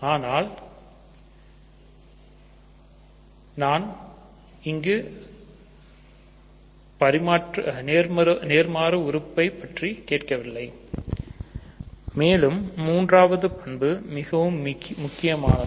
ஆனால் நான் நேர்மாறு உறுப்பை பற்றி கேட்கவில்லை மேலும் மூன்றாவதுபண்புகள் மிகவும் முக்கியமானது